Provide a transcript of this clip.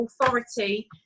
authority